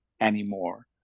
anymore